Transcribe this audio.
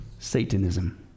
Satanism